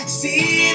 see